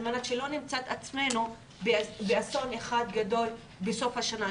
על מנת שלא נמצא עצמנו באסון אחד גדול בסוף השנה,